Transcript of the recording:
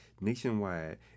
nationwide